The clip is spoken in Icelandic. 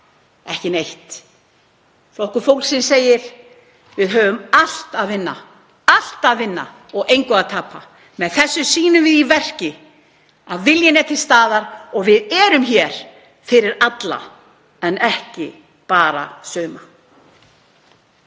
Ekki neitt. Flokkur fólksins segir: Við höfum allt að vinna og engu að tapa. Með þessu sýnum við í verki að viljinn er til staðar og við erum hér fyrir alla en ekki bara suma.